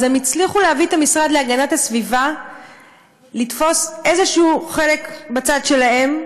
אז הם הצליחו להביא את המשרד להגנת הסביבה לתפוס איזשהו חלק בצד שלהם,